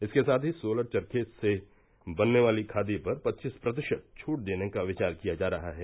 इसके साथ ही सोलर चर्ख से बनने वाली खादी पर पच्चीस प्रतिशत छूट देने का विचार किया जा रहा है